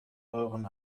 euren